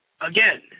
again